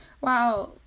Wow